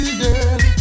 girl